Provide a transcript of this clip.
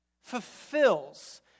fulfills